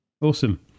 Awesome